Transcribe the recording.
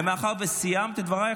ומאחר שסיימת את דברייך,